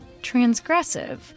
transgressive